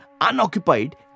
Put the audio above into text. unoccupied